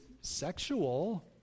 sexual